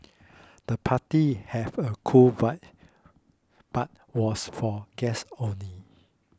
the party had a cool vibe but was for guests only